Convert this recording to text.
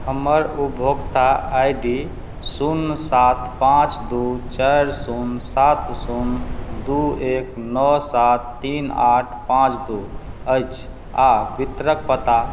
हमर उपभोक्ता I D शून्य सात पाँच दू चारि शून्य सात शून्य दू एक नओ सात तीन आठ पाँच दू अछि आ वितरण पता